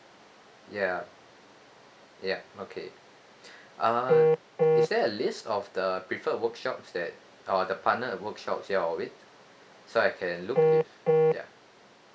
ya ya okay uh is there a list of the preferred workshops that or the partner workshops you all are with so I can look if ya